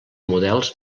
models